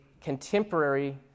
contemporary